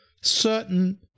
certain